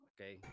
Okay